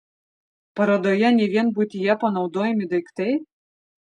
parodoje ne vien buityje panaudojami daiktai